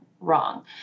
wrong